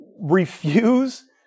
refuse